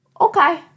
okay